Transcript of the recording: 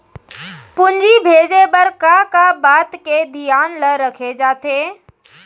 पूंजी भेजे बर का का बात के धियान ल रखे जाथे?